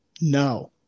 No